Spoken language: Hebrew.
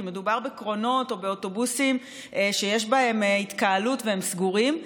כי מדובר בקרונות או באוטובוסים שיש בהם התקהלות והם סגורים,